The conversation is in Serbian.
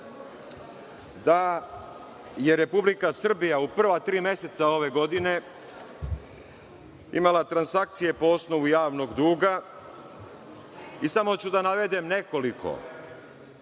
da je Republika Srbija u prva tri meseca ove godine imala transakcije po osnovu javnog duga i samo ću da navedem nekoliko.